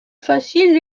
facile